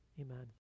Amen